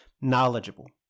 knowledgeable